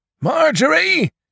Marjorie